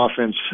offense